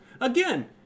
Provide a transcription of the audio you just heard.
Again